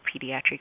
pediatric